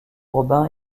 robin